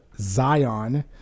Zion